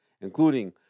including